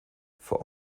vor